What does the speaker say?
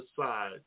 side